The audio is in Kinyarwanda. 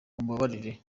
mumbabarire